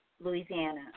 Louisiana